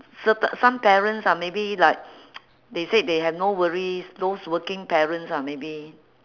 certain some parents ah maybe like they said they have no worries those working parents ah maybe